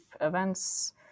events